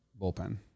bullpen